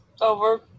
over